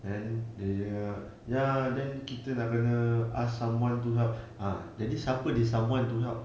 and then dia cakap ya then kita nak kena ask someone to help ah then siapa this someone to help